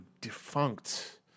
defunct